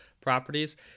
properties